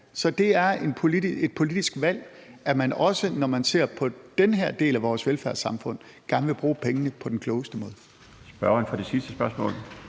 Så det er et politisk valg, at man også, når man ser på den her del af vores velfærdssamfund, gerne vil bruge pengene på den klogeste måde. Kl. 13:07 Den fg. formand